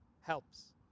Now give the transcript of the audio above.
helps